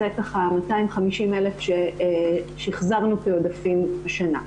זה ככה 250 אלף, ששחזרנו את העודפים השנה.